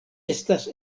estas